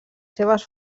seves